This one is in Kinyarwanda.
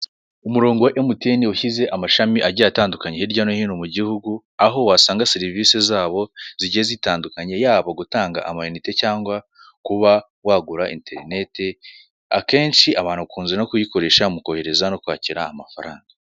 Umurongo wa emutiyene washyize amashami agiye atandukanye hirya no hino mu gihugu, aho wasanga serivisi zabo zigiye zitandukanye yaba gutanga amayinite cyangwa kuba wagura iterinete; akenshi abantu bakunze no kuyikoresha mu kohereza no kwakira amafaranga.